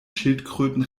schildkröten